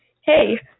Hey